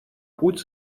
путь